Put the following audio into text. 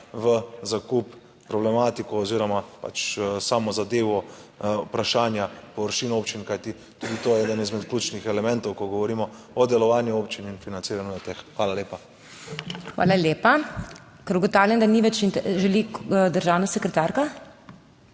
v zakup problematiko oziroma pač sámo zadevo vprašanja površin občin, kajti tudi to je eden izmed ključnih elementov, ko govorimo o delovanju občin in financiranju le-teh. Hvala lepa. **PODPREDSEDNICA MAG. MEIRA HOT:** Hvala lepa. Ker ugotavljam, da ni več- želi državna sekretarka?